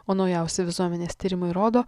o naujausi visuomenės tyrimai rodo